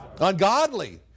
Ungodly